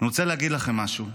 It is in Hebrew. אני רוצה להגיד לכם משהו.